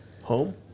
home